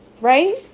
right